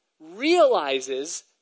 realizes